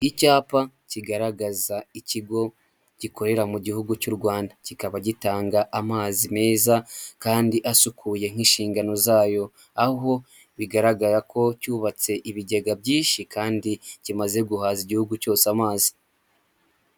Icyapa kigaragaza ikigo gikorera mu gihugu cy'u Rwanda, kikaba gitanga amazi meza kandi asukuye nk'inshingano zayo, aho bigaragara ko cyubatse ibigega byinshi kandi kimaze guhaza igihugu cyose amazi.